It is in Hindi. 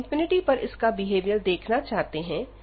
हम पर इसका बिहेवियर देखना चाहते हैं